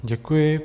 Děkuji.